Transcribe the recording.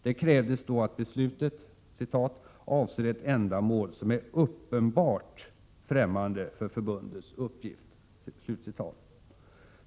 Det krävdes då att beslutet ”avser ett ändamål som är uppenbart främmande för förbundets uppgift”.